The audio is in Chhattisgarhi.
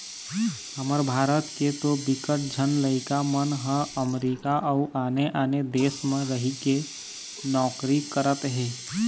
हमर भारत के तो बिकट झन लइका मन ह अमरीका अउ आने आने देस म रहिके नौकरी करत हे